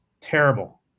Terrible